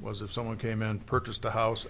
was if someone came in and purchased a house